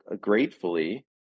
gratefully